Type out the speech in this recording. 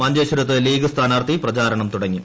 മഞ്ചേശ്വരത്ത് ലീഗ് സ്ഥാനാർത്ഥി പ്രചാരണം തുടങ്ങി